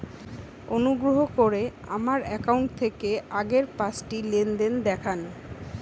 অনুগ্রহ করে আমার অ্যাকাউন্ট থেকে আগের পাঁচটি লেনদেন দেখান